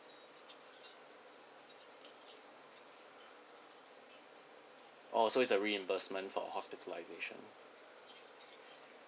oh so is a reimbursement for hospitalisation